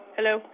Hello